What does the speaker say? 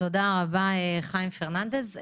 תודה רבה חיים פרננדס.